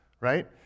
right